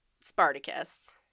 Spartacus